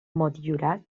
motllurat